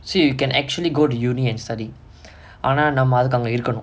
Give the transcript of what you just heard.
so you can actually go to university and study ஆனா நம்ம அதுக்கு அங்க இருக்கனும்:aanaa namma athukku anga irukkanum